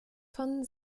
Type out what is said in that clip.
von